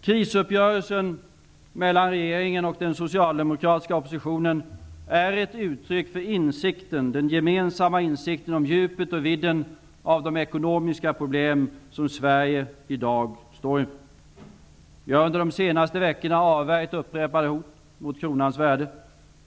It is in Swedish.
Krisuppgörelsen mellan regeringen och den socialdemokratiska oppositionen är ett uttryck för den gemensamma insikten om djupet och vidden av de ekonomiska problem som Sverige i dag står inför. Vi har under de senaste veckorna avvärjt upprepade hot mot kronans värde.